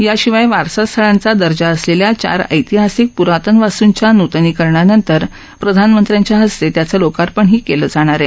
याशिवाय वारसास्थळांचा दर्जा असलेल्या चार ऐतिहासिक प्रातन वास्तूंच्या नूतनीकरणानंतर प्रधानमंत्र्यांच्या हस्ते त्यांच लोकार्पणही होणार आहे